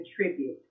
contribute